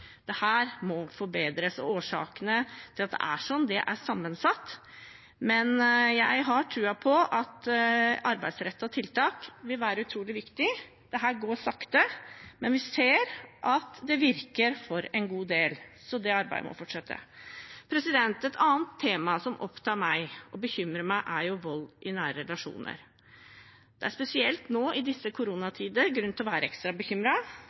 må forbedres. Årsakene til at det er sånn, er sammensatte, men jeg har troen på at arbeidsrettede tiltak vil være utrolig viktig. Dette går sakte, men vi ser at det virker for en god del, så det arbeidet må fortsette. Et annet tema som opptar meg og bekymrer meg, er vold i nære relasjoner. Det er spesielt nå i disse koronatider grunn til å være ekstra